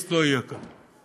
סאדו-מזוכיסט לא יהיה כאן.